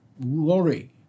worry